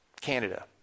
Canada